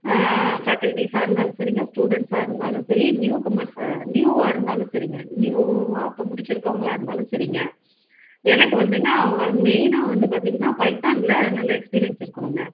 ஃபக்கல்டிஸாக இருந்தாலும் சரிங்க ஸ்டுடென்ஸாக இருந்தாலும் சரி நியூ கமர்ஸ் நியூவாக இருந்தாலும் சரிங்க நியூவாக எப்போ முடிச்சி இருக்கோங்களால இருந்தாலும் சரிங்க எனக்கு வந்துங்க அவ மெய்னாக வந்து பார்த்திங்கனா பைத்தானில் நல்ல எக்ஸ்பிரியன்ஸ் இருக்கனுங்க